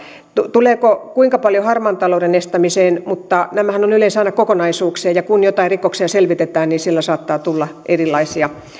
tulee sitä sitten kuinka paljon harmaan talouden estämiseen niin nämähän ovat yleensä aina kokonaisuuksia ja kun rikoksia selvitetään niin siellä saattaa tulla erilaisia